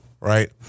right